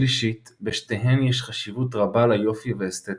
שלישית, בשתיהן יש חשיבות רבה ליופי ואסתטיקה.